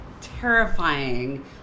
terrifying